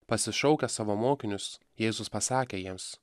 pasišaukęs savo mokinius jėzus pasakė jiems